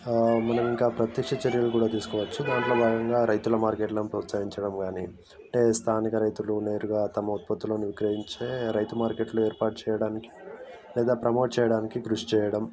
మనం ఇంకా ప్రత్యక్ష చర్యలు కూడా తీసుకోవచ్చు దాంట్లో భాగంగా రైతుల మార్కెట్లను ప్రోత్సహించడం కానీ అంటే స్థానిక రైతులు నేరుగా తమ ఉత్పత్తులను విక్రయించే రైతు మార్కెట్లు ఏర్పాటు చేయడానికి లేదా ప్రమోట్ చేయడానికి కృషి చేయడం